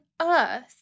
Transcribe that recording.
earth